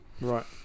right